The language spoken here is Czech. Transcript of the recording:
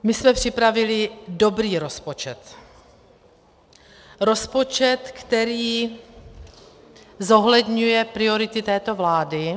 My jsme připravili dobrý rozpočet, rozpočet, který zohledňuje priority této vlády.